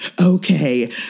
Okay